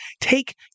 take